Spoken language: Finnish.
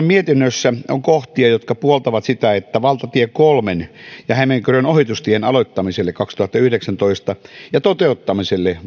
mietinnössä on kohtia jotka puoltavat sitä että valtatie kolmen ja hämeenkyrön ohitustien aloittamiselle vuonna kaksituhattayhdeksäntoista ja toteuttamiselle